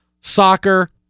soccer